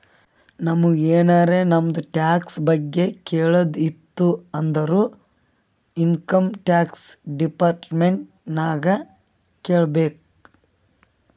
ನಮುಗ್ ಎನಾರೇ ನಮ್ದು ಟ್ಯಾಕ್ಸ್ ಬಗ್ಗೆ ಕೇಳದ್ ಇತ್ತು ಅಂದುರ್ ಇನ್ಕಮ್ ಟ್ಯಾಕ್ಸ್ ಡಿಪಾರ್ಟ್ಮೆಂಟ್ ನಾಗೆ ಕೇಳ್ಬೇಕ್